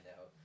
out